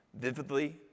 vividly